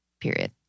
Period